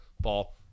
ball